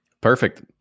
Perfect